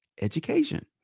education